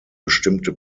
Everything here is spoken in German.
bestimmte